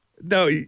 no